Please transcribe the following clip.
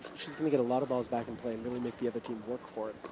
she's gonna get a lot of balls back in play, and really make the other team work for it.